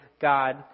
God